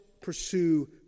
pursue